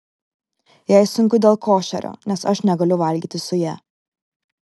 jai sunku dėl košerio nes aš negaliu valgyti su ja